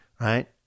Right